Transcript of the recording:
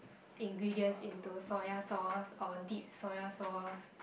ingredients into soya sauce or dip soya sauce